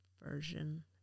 version